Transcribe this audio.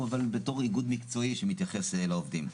אבל בתור איגוד מקצועי שמתייחס לעובדים.